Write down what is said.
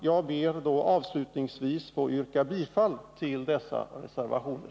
Jag ber avslutningsvis att få yrka bifall till dessa reservationer.